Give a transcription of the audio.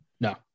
No